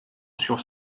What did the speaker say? sur